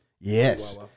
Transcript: Yes